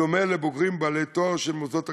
בדומה לבוגרים בעלי תואר של מוסדות אקדמיים.